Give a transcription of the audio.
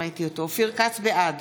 בעד